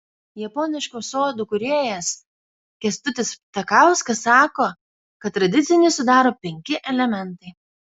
japoniškų sodų kūrėjas kęstutis ptakauskas sako kad tradicinį sudaro penki elementai